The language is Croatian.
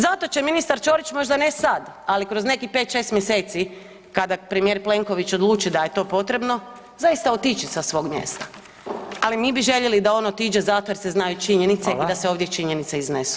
Zato će ministar Ćorić, možda ne sad, ali kroz nekih 5, 6 mjeseci kada premijer Plenković odluči da je to potrebno, zaista otići sa svog mjesta, ali mi bi željeli da on otiđe zato što se znaju činjenice [[Upadica: Hvala.]] i da se ovdje činjenice iznesu.